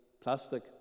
plastic